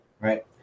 Right